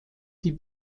die